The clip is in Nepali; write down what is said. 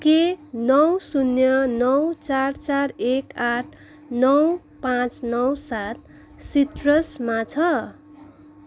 के नौ शून्य नौ चार चार एक आठ नौ पाँच नौ सात सिट्रसमा छ